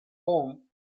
home